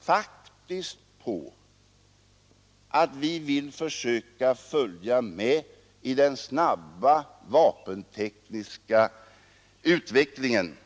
faktiskt på att vi vill försöka följa med i den snabba vapentekniska utvecklingen.